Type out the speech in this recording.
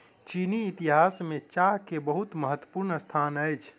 चीनी इतिहास में चाह के बहुत महत्वपूर्ण स्थान अछि